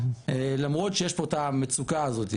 למרות שיש פה את המצוקה הזאת,